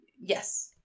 Yes